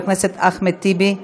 חבר הכנסת אחמד טיבי,